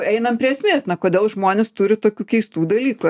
einam prie esmės na kodėl žmonės turi tokių keistų dalykų